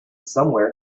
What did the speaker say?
somewhere